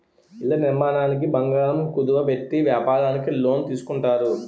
ఇళ్ల నిర్మాణానికి బంగారం కుదువ పెట్టి వ్యాపారానికి లోన్ తీసుకుంటారు